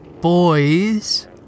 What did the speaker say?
boys